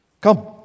Come